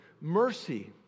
Mercy